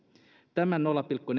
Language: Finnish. tämän nolla pilkku